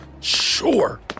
sure